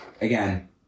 again